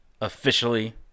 officially